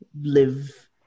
live